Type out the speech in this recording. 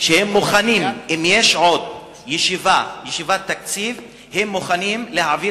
שאם יש עוד ישיבת תקציב הם מוכנים להעביר